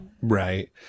Right